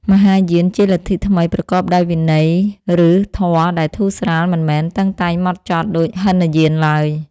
មហាយានជាលទ្ធិថ្មីប្រកបដោយវិន័យ ឬ ធម៌ដែលធូរស្រាល មិនមែន តឹងតែងហ្មត់ចត់ដូចហីនយានឡើយ។